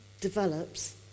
develops